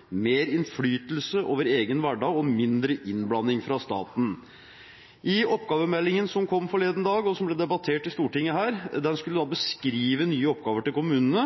mer makt til kommunene, mer innflytelse over egen hverdag og mindre innblanding fra staten. Oppgavemeldingen, som kom forleden dag, og som ble debattert her i Stortinget, skulle beskrive nye oppgaver til kommunene,